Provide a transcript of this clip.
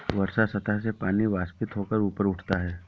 वर्षा सतह से पानी वाष्पित होकर ऊपर उठता है